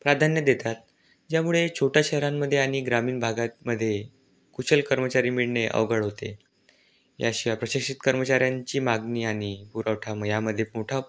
प्राधान्य देतात ज्यामुळे छोट्या शहरांमध्ये आणि ग्रामीण भागात मध्ये कुशल कर्मचारी मिळणे अवघड होते याशिवाय प्रशिक्षित कर्मचाऱ्यांची मागणी आणि पुरवठा म यामध्ये मोठा